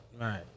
Right